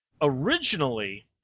Originally